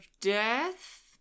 death